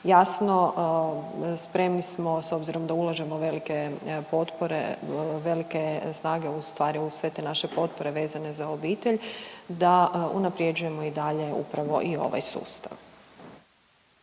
Jasno spremni smo s obzirom da ulažemo velike potpore, velike snage u stvari u sve te naše potpore vezane za obitelj, da unaprjeđujemo i dalje upravo i ovaj sustav.